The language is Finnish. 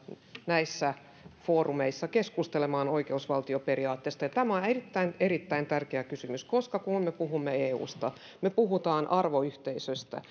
näissä foorumeissa keskustelemaan oikeusvaltioperiaatteesta tämä on erittäin erittäin tärkeä kysymys koska kun me puhumme eusta me puhumme arvoyhteisöstä